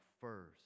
first